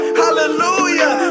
hallelujah